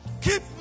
Keep